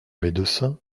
médecin